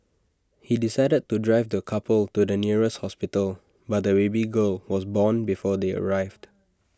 he decided to drive the couple to the nearest hospital but the baby girl was born before they arrived